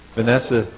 Vanessa